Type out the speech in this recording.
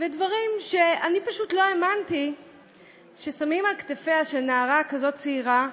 דברים שאני פשוט לא האמנתי ששמים על כתפיה של נערה כזאת צעירה,